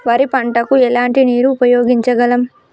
వరి పంట కు ఎలాంటి నీరు ఉపయోగించగలం?